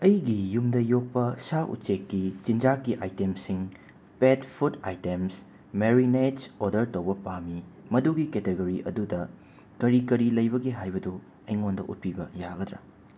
ꯑꯩꯒꯤ ꯌꯨꯝꯗ ꯌꯣꯛꯄ ꯁꯥ ꯎꯆꯦꯛꯀꯤ ꯆꯤꯟꯖꯥꯛꯀꯤ ꯑꯥꯏꯇꯦꯝꯁꯤꯡ pet food items marinates order ꯇꯧꯕ ꯄꯥꯝꯃꯤ ꯃꯗꯨꯒꯤ ꯀꯦꯇꯦꯒꯣꯔꯤ ꯑꯗꯨꯗ ꯀꯔꯤ ꯀꯔꯤ ꯂꯩꯕꯒꯦ ꯍꯥꯏꯕꯗꯨ ꯑꯩꯉꯣꯟꯗ ꯎꯠꯄꯤꯕ ꯌꯥꯒꯗ꯭ꯔꯥ